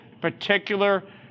particular